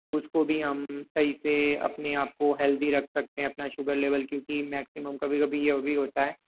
उसको भी हम सही से अपने आप को हेल्दी रख सकते हैं अपना शुगर लेवल क्योंकि मैक्सिमम कभी कभी यह भी होता है